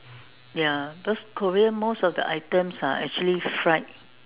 ya because Korean most of the item are actually fried